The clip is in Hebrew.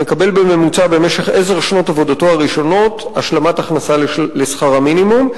מקבל בממוצע במשך עשר שנות עבודתו הראשונות השלמת הכנסה לשכר המינימום,